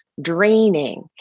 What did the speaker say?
draining